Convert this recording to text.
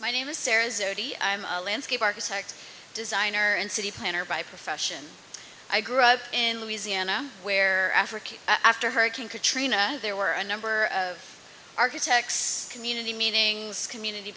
already i'm a landscape architect designer and city planner by profession i grew up in louisiana where african after hurricane katrina there were a number of architects community meetings community